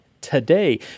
today